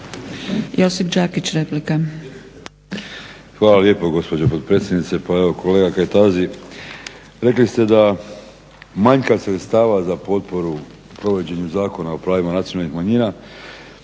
Hvala lijepo gospođo potpredsjednice. Pa evo kolega Kajtazi, rekli ste da manjka sredstava za potporu u provođenju Zakona o pravima nacionalnih manjina